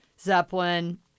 Zeppelin